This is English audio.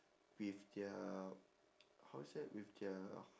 with their how is that with their